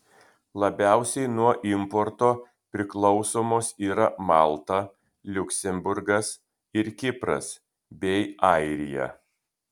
labiausiai nuo importo priklausomos yra malta liuksemburgas ir kipras bei airija